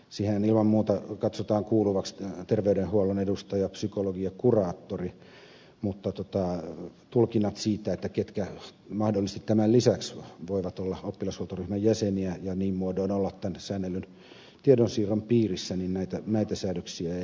siihen ilman muuta katsotaan kuuluviksi terveydenhuollon edustaja psykologi ja kuraattori mutta ketkä mahdollisesti näiden lisäksi voivat olla oppilashuoltoryhmän jäseniä ja niin muodoin olla tämän säännellyn tiedonsiirron piirissä tästä säännöksiä ei ole